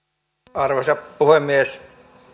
arvoisa puhemies